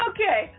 Okay